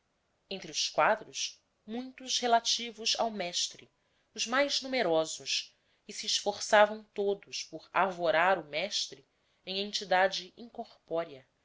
entre os quadros muitos relativos ao mestre os mais numerosos e se esforçavam todos por arvorar o mestre em entidade incorpórea